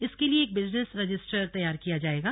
इसके लिए एक बिजनेस रजिस्ट्रर तैयार किया जायेगा